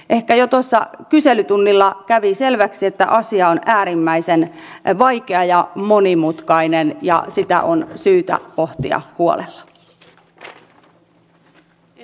ehkä jo tuossa kyselytunnilla kävi selväksi että asia on äärimmäisen vaikea ja monimutkainen ja sitä on syytä pohtia huolella